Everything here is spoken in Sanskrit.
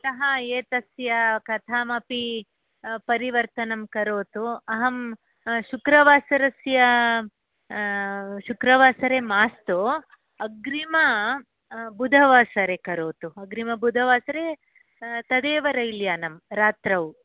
अतः एतस्य कथामपि परिवर्तनं करोतु अहं शुक्रवासरस्य शुक्रवासरे मास्तु अग्रिमबुधवासरे करोतु अग्रिमबुधवासरे तदेव रैल्यानं रात्रौ